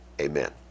Amen